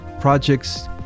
projects